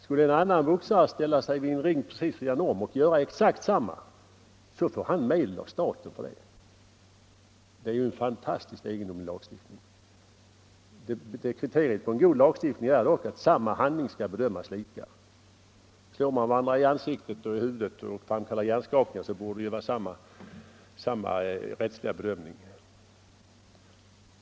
Skulle en annan boxare ställa sig vid en ring vid sidan om och göra exakt samma sak, så får han medel av staten för det. Det är ju en fantastiskt egendomlig lagstiftning. Kriteriet på en god lagstiftning är dock att samma handling skall bedömas lika. Slår man varandra i ansiktet och i huvudet och framkallar hjärnskakning, så borde det vara samma rättsliga bedömning.